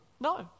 No